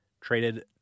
traded